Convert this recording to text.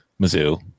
Mizzou